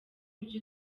byo